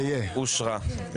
הצבעה אושר גם ההצעה הזו אושרה.